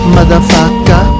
Motherfucker